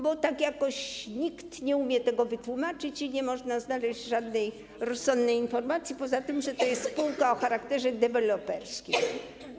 Bo tak jakoś nikt nie umie tego wytłumaczyć i nie można znaleźć żadnej rozsądnej informacji poza tym, że to jest spółka o charakterze deweloperskim.